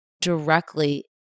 directly